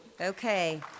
Okay